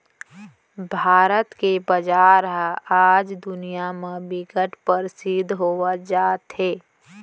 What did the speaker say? भारत के बजार ह आज दुनिया म बिकट परसिद्ध होवत जात हे